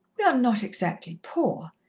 we are not exactly poor,